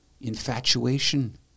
Infatuation